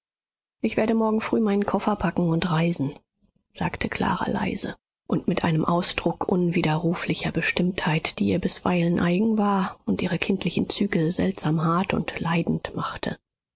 ich werde morgen früh meinen koffer packen und reisen sagte clara leise und mit einem ausdruck unwiderruflicher bestimmtheit der ihr bisweilen eigen war und ihre kindlichen züge seltsam hart und leidend machte